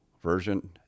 version